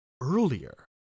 earlier